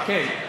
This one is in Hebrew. כן, כן.